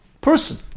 person